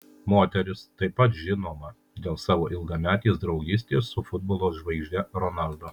moteris taip pat žinoma dėl savo ilgametės draugystės su futbolo žvaigžde ronaldo